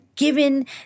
given